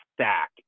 stack